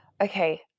okay